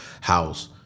house